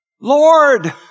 Lord